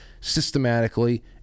systematically